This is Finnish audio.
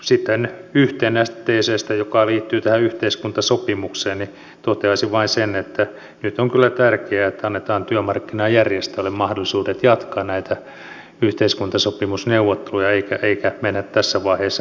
sitten yhteen näistä teeseistä joka liittyy tähän yhteiskuntasopimukseen toteaisin vain sen että nyt on kyllä tärkeää että annetaan työmarkkinajärjestöille mahdollisuudet jatkaa näitä yhteiskuntasopimusneuvotteluja eikä mennä tässä vaiheessa pelottelemaan